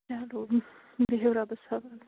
چلو بِہِو بِہِو رۄبَس حوال